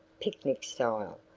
picnic style,